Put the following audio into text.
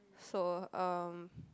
so um